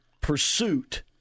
pursuit